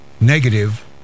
negative